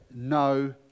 no